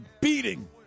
beating